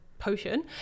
Potion